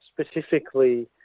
specifically